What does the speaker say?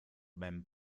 ben